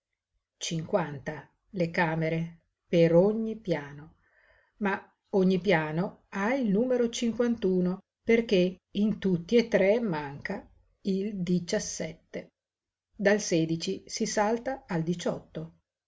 cinquanta le camere per ogni piano ma ogni piano ha il numero cinquant perché in tutti e tre manca il diciassette al sedici si salta al